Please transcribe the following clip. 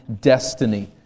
destiny